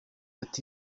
ati